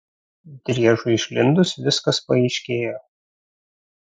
driežui išlindus viskas paaiškėjo